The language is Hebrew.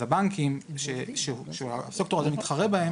הבנקים שהסקטור הזה מתחרה בהם,